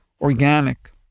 organic